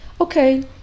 Okay